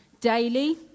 daily